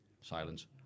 silence